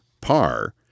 par